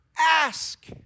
ask